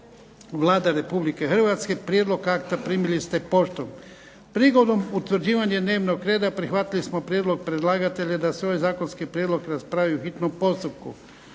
Vlada Republike Hrvatske. Prijedlog akta primili ste poštom. Prigodom utvrđivanja dnevnog reda prihvatili smo prijedlog predlagatelja da se ovaj zakonski prijedlog raspravi po hitnom postupku.